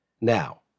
Now